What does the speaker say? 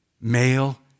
male